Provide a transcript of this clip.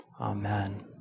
Amen